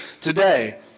today